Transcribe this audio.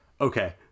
okay